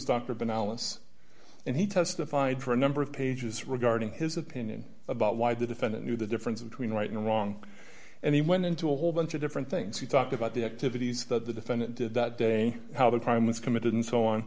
alice and he testified for a number of pages regarding his opinion about why the defendant knew the difference between right and wrong and he went into a whole bunch of different things he talked about the activities that the defendant did that day how the crime was committed and so on